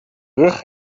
rug